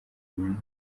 inyungu